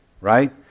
right